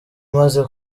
maze